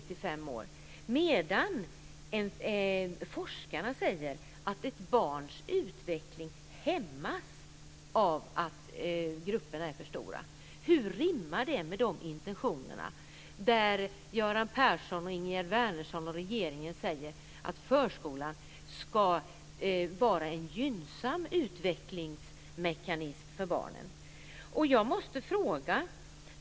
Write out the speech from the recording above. Samtidigt säger forskarna att ett barns utveckling hämmas av att grupperna är för stora. Hur rimmar det med intentionerna där Göran Persson, Ingegerd Wärnersson och den övriga regeringen säger att förskolan ska vara en gynnsam utvecklingsmekanism för barnen.